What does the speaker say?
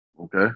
Okay